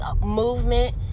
Movement